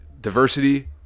Diversity